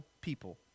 people